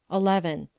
eleven.